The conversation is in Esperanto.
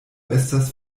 estas